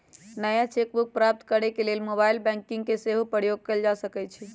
नया cheque book प्राप्त करेके लेल मोबाइल बैंकिंग के सेहो प्रयोग कएल जा सकइ छइ